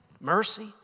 mercy